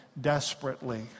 desperately